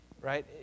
right